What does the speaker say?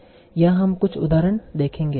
यहा हम कुछ उदाहरण देखेंगे